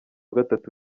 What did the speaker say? gatatu